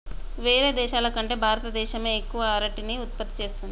వేరే దేశాల కంటే భారత దేశమే ఎక్కువ అరటిని ఉత్పత్తి చేస్తంది